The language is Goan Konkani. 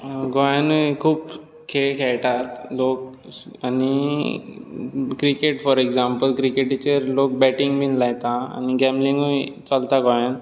गोयांनूय खूब खेळ खेळटात लोक आनी क्रिकेट फॉर एगझांपल क्रिकेटीचेर लोक बॅटींग बीन लायता आनी गॅमलींगूय चलता गोंयान